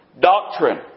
Doctrine